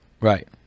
right